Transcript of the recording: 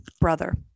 brother